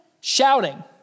shouting